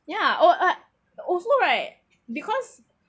ya oh uh also right because